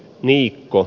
niikko